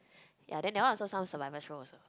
ya then that one also some survival show also